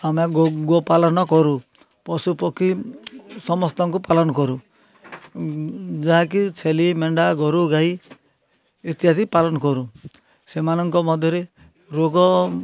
ଆମେ ଗୋପାଲନ କରୁ ପଶୁପକ୍ଷୀ ସମସ୍ତଙ୍କୁ ପାଲନ କରୁ ଯାହାକି ଛେଲି ମେଣ୍ଢା ଗୋରୁ ଗାଈ ଇତ୍ୟାଦି ପାଲନ କରୁ ସେମାନଙ୍କ ମଧ୍ୟରେ ରୋଗ